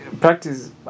Practice